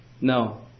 No